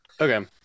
Okay